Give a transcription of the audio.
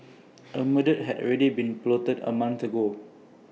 A murder had already been plotted A month ago